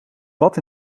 bad